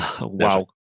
Wow